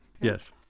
Yes